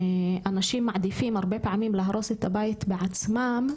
אנשים מעדיפים הרבה פעמים להרוס את הבית בעצמם,